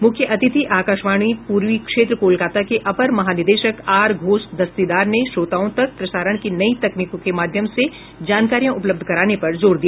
मुख्य अतिथि आकाशवाणी पूर्वी क्षेत्र कोलकाता के अपर महानिदेशक आर घोष दस्तीदार ने श्रोताओं तक प्रसारण की नई तकनीकों के माध्यम से जानकारियां उपलब्ध कराने पर जोर दिया